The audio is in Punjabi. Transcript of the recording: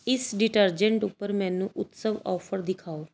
ਇਸ ਡਿਟਰਜੈਂਟ ਉੱਪਰ ਮੈਨੂੰ ਉਤਸਵ ਆਫ਼ਰ ਦਿਖਾਓ